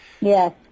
Yes